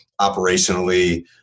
operationally